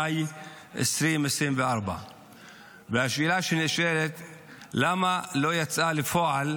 במאי 2024. והשאלה שנשאלת היא למה העסקה לא יצאה לפועל,